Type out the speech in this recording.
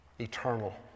eternal